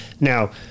Now